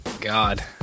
God